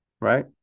right